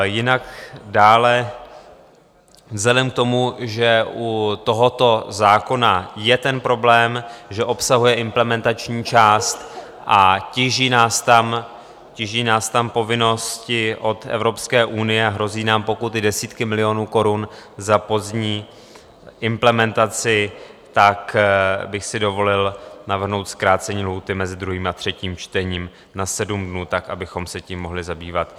Jinak dále vzhledem k tomu, že u tohoto zákona je ten problém, že obsahuje implementační část, tíží nás tam povinnosti od Evropské unie a hrozí nám pokuty desítky milionů korun za pozdní implementaci, tak bych si dovolil navrhnout zkrácení lhůty mezi druhým a třetím čtením na 7 dnů, tak abychom se tím mohli zabývat.